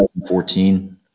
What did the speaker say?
2014